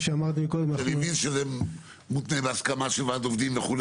אני מבין שזה מותנה בהסכמה של ועד עובדים וכו'.